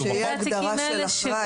שיהיה הגדרה של אחראי.